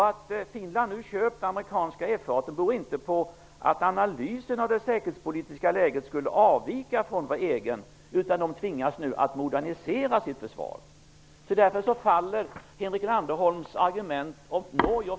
Att Finland nu köpt amerikanska F-18 beror inte på att analysen av det säkerhetspolitiska läget skulle avvika från vår egen, utan de tvingas nu att modernisera sitt försvar. Därför faller Henrik Landerholms argument om Norge och